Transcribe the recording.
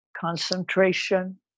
concentration